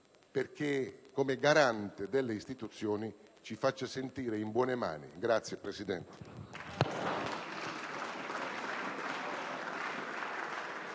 affinché, come garante delle istituzioni, ci faccia sentire in buone mani. Grazie, Presidente.